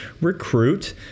recruit